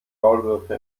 maulwürfe